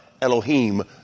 Elohim